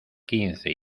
quince